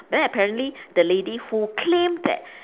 then apparently the lady who claimed that